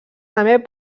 també